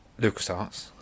LucasArts